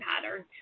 pattern